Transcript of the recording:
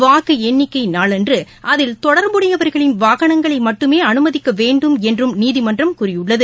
வாக்கு எண்ணிக்கை நாளன்று அதில் தொடர்புடையவர்களின் வாகனங்களை மட்டுமே அனுமதிக்க வேண்டும் என்றும் நீதிமன்றம் கூறியுள்ளது